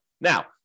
Now